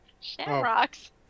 Shamrocks